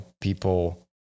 people